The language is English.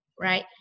right